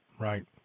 Right